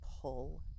pull